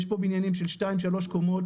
יש פה בניינים של שתיים-שלוש קומות